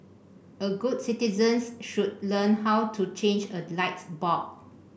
all good citizens should learn how to change a light bulb